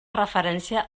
referència